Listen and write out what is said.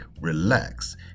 relax